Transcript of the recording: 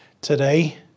today